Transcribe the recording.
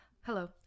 Hello